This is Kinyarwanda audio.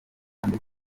ndetse